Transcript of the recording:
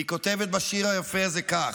היא כותבת בשיר היפה הזה כך: